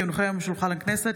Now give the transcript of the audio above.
כי הונחה היום על שולחן הכנסת,